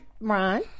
Ron